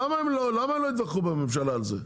למה הם לא התווכחו בממשלה על זה?